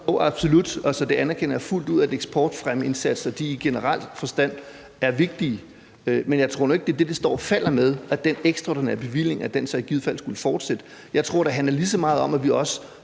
absolut. Altså, jeg anerkender fuldt ud, at eksportfremmeindsatser i generel forstand er vigtige. Men jeg tror nu ikke, det er det, det står og falder med, altså at den ekstraordinære bevilling så i givet fald skulle fortsætte. Jeg tror, det handler lige så meget om, at vi også